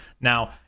Now